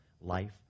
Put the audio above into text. life